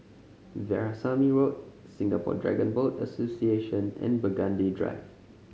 Veerasamy Road Singapore Dragon Boat Association and Burgundy Drive